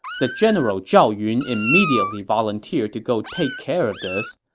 the general zhao yun immediately volunteered to go take care of this.